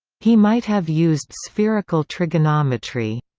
he might have used spherical trigonometry.